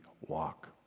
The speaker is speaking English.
walk